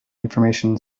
information